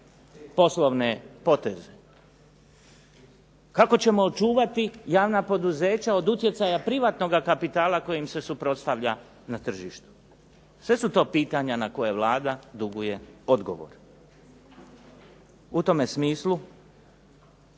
poslovne poteze. Kako ćemo očuvati javna poduzeća od utjecaja privatnoga kapitala kojim se suprotstavlja na tržištu. Sve su to pitanja na koja Vlada duguje odgovor, i u tome smislu